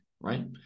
right